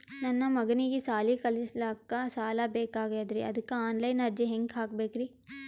ನನ್ನ ಮಗನಿಗಿ ಸಾಲಿ ಕಲಿಲಕ್ಕ ಸಾಲ ಬೇಕಾಗ್ಯದ್ರಿ ಅದಕ್ಕ ಆನ್ ಲೈನ್ ಅರ್ಜಿ ಹೆಂಗ ಹಾಕಬೇಕ್ರಿ?